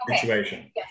situation